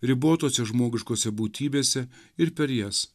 ribotose žmogiškose būtybėse ir per jas